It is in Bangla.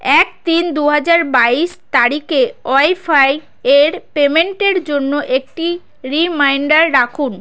এক তিন দু হাজার বাইশ তারিখে ওয়াইফাই এর পেমেন্টের জন্য একটি রিমাইন্ডার রাখুন